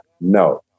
No